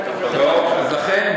לכן,